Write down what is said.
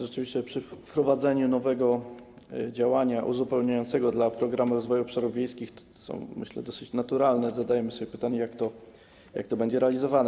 Rzeczywiście przy wprowadzaniu nowego działania uzupełniającego dla Programu Rozwoju Obszarów Wiejskich, co jest, myślę, dosyć naturalne, zadajmy sobie pytanie, jak to będzie realizowane.